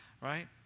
right